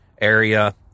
area